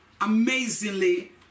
amazingly